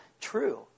true